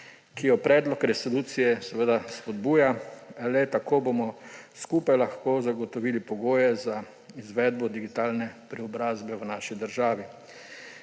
ki jo predlog resolucije seveda spodbuja, le tako bomo skupaj lahko zagotovili pogoje za izvedbo digitalne preobrazbe v naši državi.